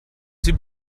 sie